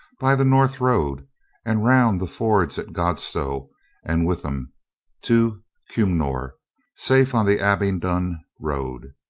by the north road and round the fords at godstow and witham to cumnor, safe on the abingdon road.